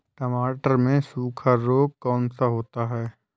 टमाटर में सूखा रोग कौन सा होता है?